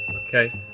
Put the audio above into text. okay,